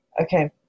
Okay